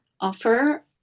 offer